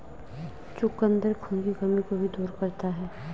चुकंदर खून की कमी को भी दूर करता है